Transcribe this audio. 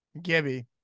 Gibby